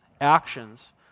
actions